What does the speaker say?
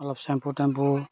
অলপ shampoo tempo